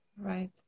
Right